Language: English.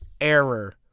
error